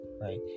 right